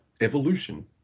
evolution